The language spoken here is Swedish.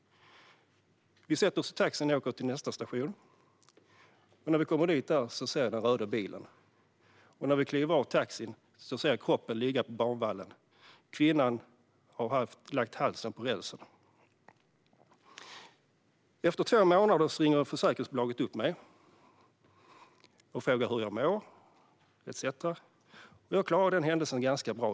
Vi sätter oss i taxin och åker till nästa station. När vi kommer dit ser jag den röda bilen. När vi kliver ur taxin ser jag kroppen ligga på banvallen. Kvinnan har lagt halsen på rälsen. Efter två månader ringer försäkringsbolaget upp mig och frågar hur jag mår etcetera. Jag klarade den händelsen ganska bra.